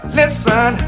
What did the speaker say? listen